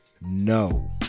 no